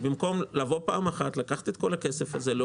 וכל זאת במקום לקחת את כל הכסף הזה בפעם אחת